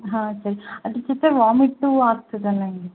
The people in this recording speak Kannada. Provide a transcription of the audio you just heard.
ಹಾಂ ಸರ್ ಅದ್ರ ಜೊತೆ ವಾಮಿಟ್ಟು ಆಗ್ತಿದೆ ನನಗೆ